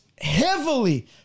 heavily